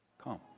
come